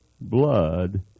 blood